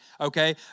okay